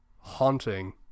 haunting